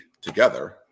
together